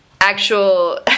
actual